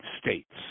states